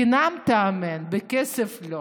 חינם תאמן, בכסף, לא.